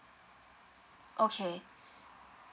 okay